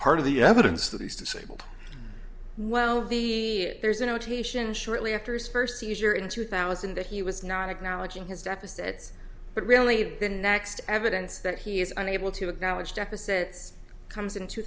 part of the evidence that was disabled well the there's a notation shortly after his first seizure in two thousand that he was not acknowledging his deficit but really the next evidence that he is unable to acknowledge deficit comes in two